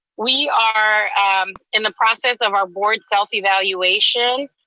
we are in the process of our board self evaluation,